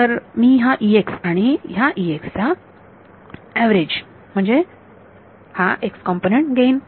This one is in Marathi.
तर मी ह्या आणि ह्या चा एव्हरेज म्हणजे हा x कॉम्पोनन्ट घेईन